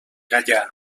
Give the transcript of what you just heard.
gaià